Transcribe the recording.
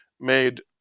made